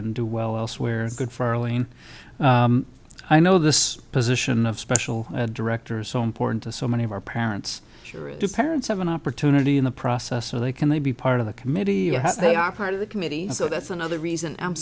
and do well elsewhere good for elaine i know this position of special directors so important to so many of our parents sure do parents have an opportunity in the process so they can they be part of the committee they are part of the committee so that's another reason i'm